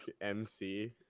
mc